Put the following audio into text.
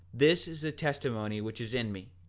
this is the testimony which is in me.